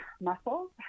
muscles